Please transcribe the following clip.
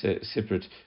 separate